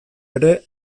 ere